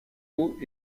hauts